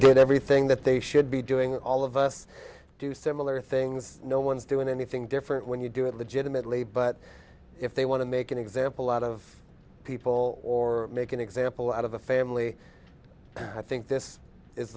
did everything that they should be doing all of us do similar things no one's doing anything different when you do it legitimately but if they want to make an example out of people or make an example out of a family i think this is